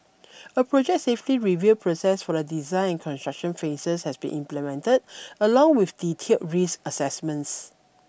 a project safety review process for the design construction phases has been implemented along with detailed risk assessments